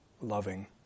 loving